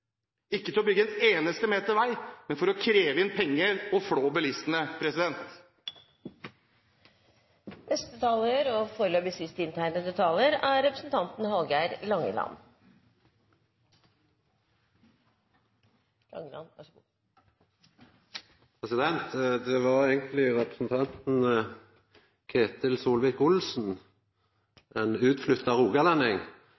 ikke til å bygge én eneste meter vei, men for å kreve inn penger og flå bilistene.